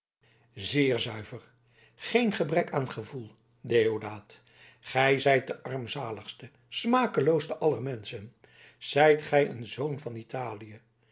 zeer zuiver geen gebrek aan gevoel deodaat gij zijt de armzaligste smakelooste aller menschen zijt gij een zoon van italië